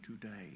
today